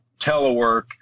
telework